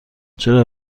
چرا